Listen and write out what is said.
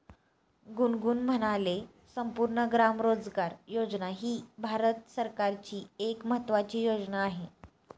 गुनगुन म्हणाले, संपूर्ण ग्राम रोजगार योजना ही भारत सरकारची एक महत्त्वाची योजना आहे